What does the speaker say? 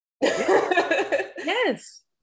yes